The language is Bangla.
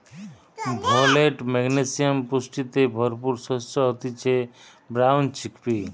ফোলেট, ম্যাগনেসিয়াম পুষ্টিতে ভরপুর শস্য হতিছে ব্রাউন চিকপি